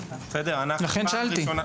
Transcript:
אנחנו פעם ראשונה --- לכן שאלתי.